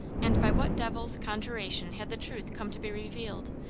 and by what devil's conjuration had the truth come to be revealed,